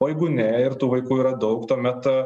o jeigu ne ir tų vaikų yra daug tuomet